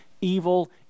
evil